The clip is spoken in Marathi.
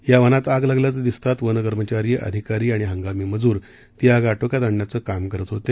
या वनात आग लागल्याचं दिसताच वनकर्मचारी अधिकारी आणि हंगामी मजूर ती आग आटोक्यात आणण्याचं काम करत होते